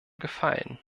gefallen